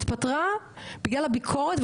התפטרה בגלל הביקורת,